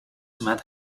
mad